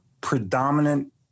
predominant